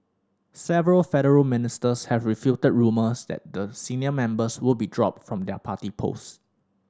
several federal ministers have refuted rumours that the senior members would be dropped from their party post